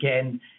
again